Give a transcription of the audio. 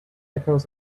echoes